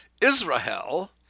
Israel